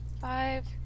five